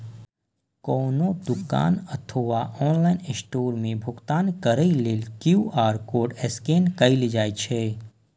कोनो दुकान अथवा ऑनलाइन स्टोर मे भुगतान करै लेल क्यू.आर कोड स्कैन कैल जाइ छै